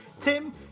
Tim